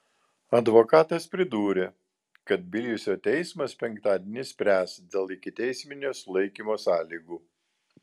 advokatas pridūrė kad tbilisio teismas penktadienį spręs dėl ikiteisminio sulaikymo sąlygų